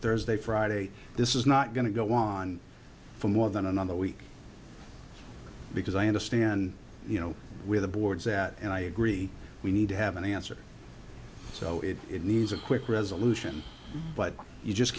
thursday friday this is not going to go on for more than another week because i understand you know where the board sat and i agree we need to have an answer so it needs a quick resolution but you just